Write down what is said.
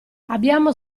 abbiamo